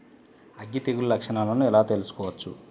అగ్గి తెగులు లక్షణాలను ఎలా తెలుసుకోవచ్చు?